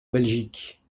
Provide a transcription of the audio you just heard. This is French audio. belgique